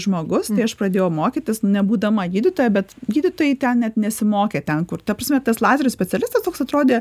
žmogus tai aš pradėjau mokytis nebūdama gydytoja bet gydytojai ten net nesimokė ten kur ta prasme tas lazerių specialistas toks atrodė